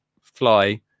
fly